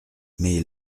mais